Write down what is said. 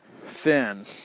thin